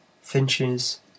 finches